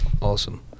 Awesome